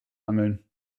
angeln